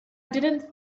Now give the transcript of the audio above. didn’t